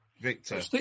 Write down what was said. Victor